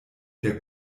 der